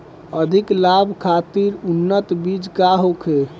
अधिक लाभ खातिर उन्नत बीज का होखे?